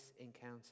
encounter